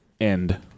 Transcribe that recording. End